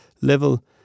level